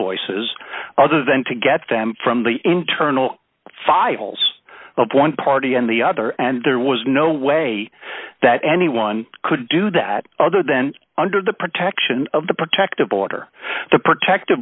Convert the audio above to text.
voices other than to get them from the internal files of one party and the other and there was no way that anyone could do that other than under the protection of the protective order to protect the